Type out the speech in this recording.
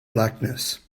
blackness